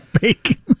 bacon